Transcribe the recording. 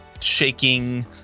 shaking